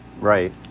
Right